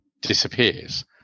disappears